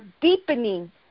deepening